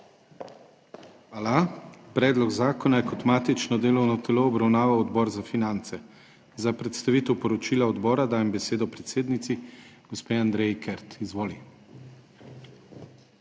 Hvala. Predlog zakona je kot matično delovno telo obravnaval Odbor za finance. Za predstavitev poročila odbora dajem besedo predsednici, gospe Andreji Kert. Izvoli.